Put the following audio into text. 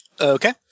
Okay